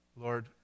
Lord